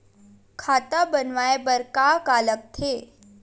खाता बनवाय बर का का लगथे?